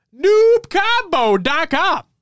noobcombo.com